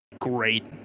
great